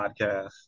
podcast